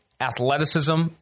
athleticism